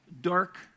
dark